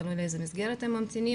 תלוי לאיזה מסגרת הם ממתינים,